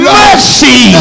mercy